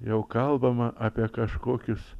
jau kalbama apie kažkokius